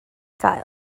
gael